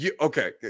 okay